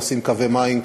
לשים קווי מים,